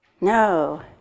No